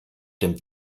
dem